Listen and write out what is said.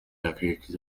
akenshi